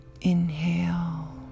inhale